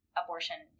abortion